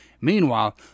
Meanwhile